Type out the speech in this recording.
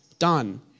Done